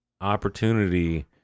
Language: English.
opportunity